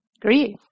Grief